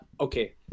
okay